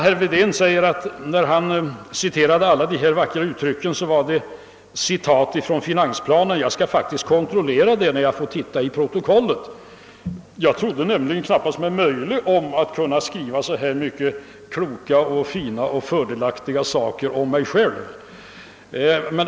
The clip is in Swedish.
Herr Wedén sade att alla de vackra uttryck som han citerade var hämtade ur finansplanen. Jag skall faktiskt kontrollera det, när jag får tillfälle att läsa protokollet. Jag trodde mig knappast om att kunna skriva så många kloka, fina och fördelaktiga saker om mig själv.